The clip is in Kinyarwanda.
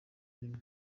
rimwe